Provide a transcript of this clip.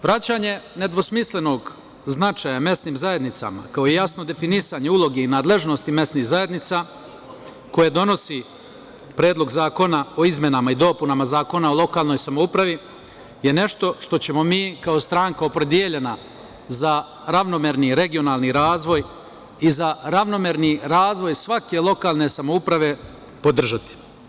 Vraćanje nedvosmislenog značaja mesnim zajednicama, kao i jasno definisanje uloge i nadležnosti mesnih zajednica koje donosi Predlog zakona o izmenama i dopunama Zakona o lokalnoj samoupravi je nešto što ćemo mi, kao stranka opredeljena za ravnomerni regionalni razvoj i za ravnomerni razvoj svake lokalne samouprave, podržati.